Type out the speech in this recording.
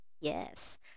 Yes